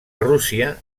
rússia